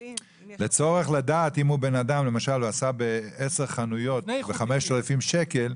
אם הוא בן אדם למשל שעשה חוב בעשר חנויות ב-5,000 שקל,